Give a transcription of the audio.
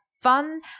fun